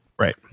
Right